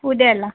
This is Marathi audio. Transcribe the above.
उद्याला